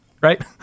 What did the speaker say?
Right